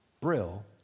Brill